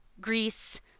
Greece